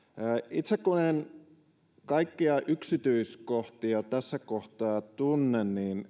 itse kun en kaikkia yksityiskohtia tässä kohtaa tunne niin en